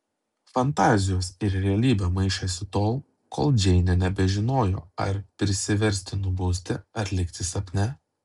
fantazijos ir realybė maišėsi tol kol džeinė nebežinojo ar prisiversti nubusti ar likti sapne